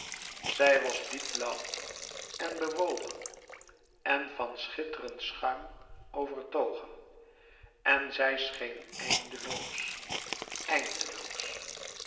zij was diep blauw en bewogen en van schitterend schuim overtogen en zij scheen eindeloos eindeloos